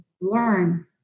learn